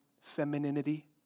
femininity